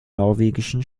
norwegischen